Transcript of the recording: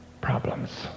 problems